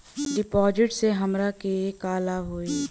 डिपाजिटसे हमरा के का लाभ होई?